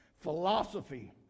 Philosophy